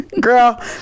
Girl